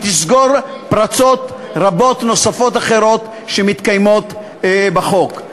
תסגור פרצות רבות נוספות אחרות שנמצאות בחוק.